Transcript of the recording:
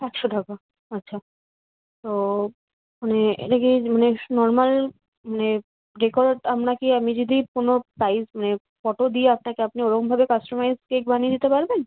একশো টাকা আচ্ছা তো মানে এটা কি মানে নর্মাল মানে ডেকরেট আপনাকে আমি যদি কোনো প্রাইস মানে ফটো দিই আপনাকে আপনি ওরমভাবে কাস্টোমাইস কেক বানিয়ে দিতে পারবেন